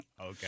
Okay